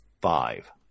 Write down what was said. five